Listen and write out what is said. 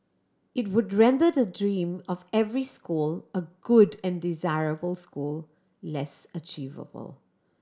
it would render the dream of every school a good and desirable school less achievable